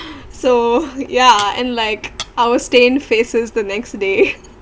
so ya and like our stained faces the next day